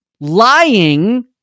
lying